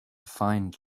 find